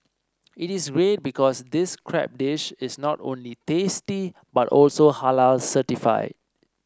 it is read because this crab dish is not only tasty but also Halal certified